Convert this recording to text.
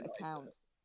accounts